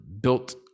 built